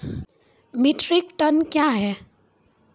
Metric tonne कया हैं?